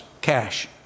cash